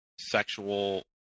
sexual